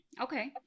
Okay